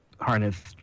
harness